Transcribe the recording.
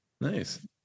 Nice